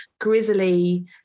grizzly